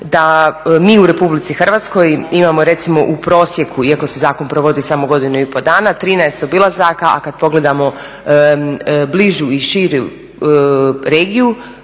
da mi u RH imamo recimo u prosjeku, iako se zakon provodi samo godinu i pol dana 13 obilazaka, a kada pogledamo bližu i širu regiju,